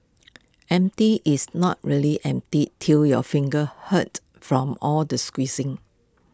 empty is not really empty till your fingers hurt from all the squeezing